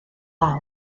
law